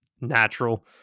natural